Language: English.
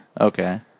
Okay